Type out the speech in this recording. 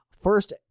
First